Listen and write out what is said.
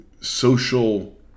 social